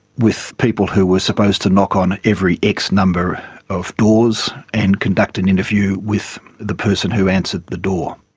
with people who were supposed to knock on every x number of tours and conduct an interview with the person who answered the door.